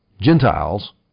Gentiles